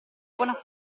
buona